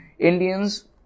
Indians